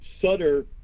Sutter